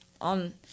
on